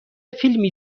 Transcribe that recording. فیلمی